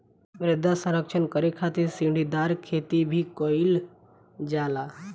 मृदा संरक्षण करे खातिर सीढ़ीदार खेती भी कईल जाला